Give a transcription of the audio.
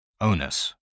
Onus